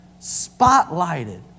spotlighted